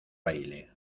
baile